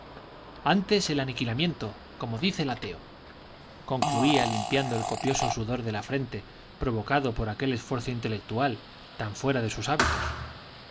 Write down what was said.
antes el aniquilamiento como dice el ateo concluía limpiando el copioso sudor de la frente provocado por aquel esfuerzo intelectual tan fuera de sus hábitos